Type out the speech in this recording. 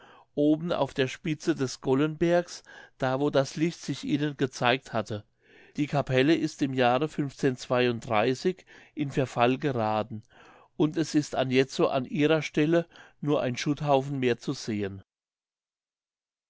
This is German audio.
oben auf der spitze des gollenbergs da wo das licht sich ihnen gezeigt hatte die capelle ist im jahre in verfall gerathen und es ist anjetzo an ihrer stelle nur ein schutthaufen mehr zu sehen